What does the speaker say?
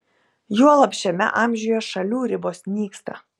juolab šiame amžiuje šalių ribos nyksta